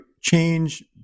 change